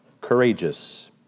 courageous